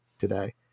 today